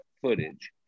footage